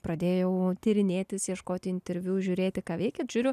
pradėjau tyrinėtis ieškoti interviu žiūrėti ką veikiat žiūriu